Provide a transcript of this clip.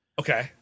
Okay